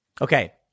Okay